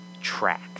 track